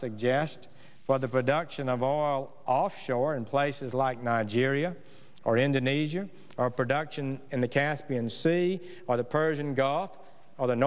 suggest for the production of all offshore in places like nigeria or indonesia our production in the caspian sea or the persian gulf or the